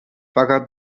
fakat